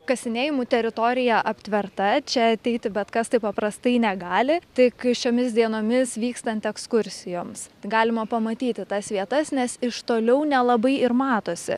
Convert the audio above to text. kasinėjimų teritorija aptverta čia ateiti bet kas taip paprastai negali tai kai šiomis dienomis vykstant ekskursijoms galima pamatyti tas vietas nes iš toliau nelabai ir matosi